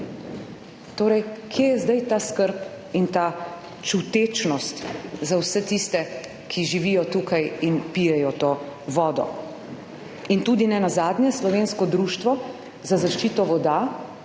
Torej kje je zdaj ta skrb in ta čutečnost za vse tiste, ki živijo tukaj in pijejo to vodo? Tudi nenazadnje Slovensko društvo za zaščito voda